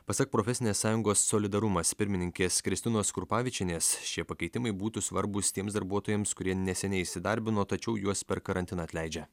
pasak profesinės sąjungos solidarumas pirmininkės kristinos krupavičienės šie pakeitimai būtų svarbūs tiems darbuotojams kurie neseniai įsidarbino tačiau juos per karantiną atleidžia